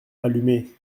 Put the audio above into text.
allumé